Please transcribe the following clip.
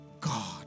God